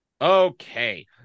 Okay